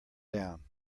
down